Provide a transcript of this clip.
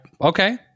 okay